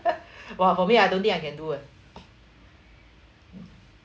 !wah! for me I don't think I can do [one]